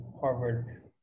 Harvard